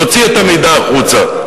להוציא את המידע החוצה,